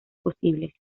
posibles